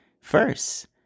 first